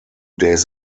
days